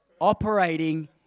Operating